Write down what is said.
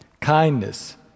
kindness